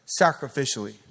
sacrificially